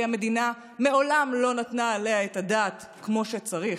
המדינה מעולם לא נתנה עליה את הדעת כמו שצריך,